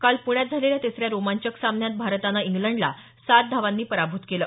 काल पुण्यात झालेल्या तिसऱ्या रोमांचक सामन्यात भारतानं इंग्लंडला सात धावांनी पराभूत केलं